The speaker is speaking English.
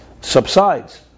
subsides